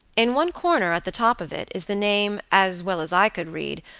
in one corner, at the top of it, is the name, as well as i could read,